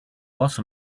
also